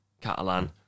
Catalan